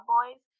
Boys